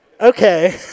okay